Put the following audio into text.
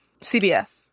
CBS